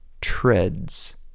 treads